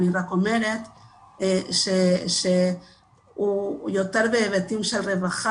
אני רק אומרת שהוא יותר בהיבטים של רווחה